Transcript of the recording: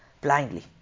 blindly